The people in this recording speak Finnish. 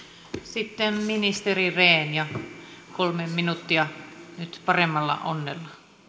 sitten ministeri rehn ja kolme minuuttia nyt paremmalla onnella